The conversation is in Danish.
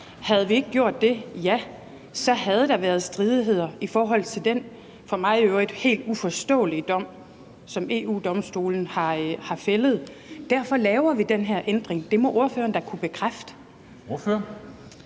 Havde vi ikke gjort det, ja, så havde der været stridigheder i forhold til den for mig i øvrigt helt uforståelige dom, som EU-Domstolen har fældet. Derfor laver vi den her ændring – det må ordføreren da kunne bekræfte.